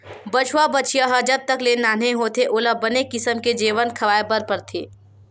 बछवा, बछिया ह जब तक ले नान्हे होथे ओला बने किसम के जेवन खवाए बर परथे